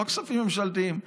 לא כספים ממשלתיים.